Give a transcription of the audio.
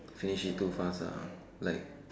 finish it too fast ah like